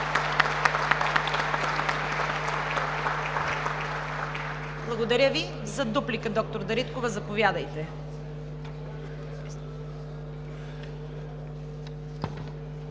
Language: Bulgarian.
Благодаря Ви. За дуплика – д-р Дариткова, заповядайте.